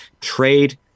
trade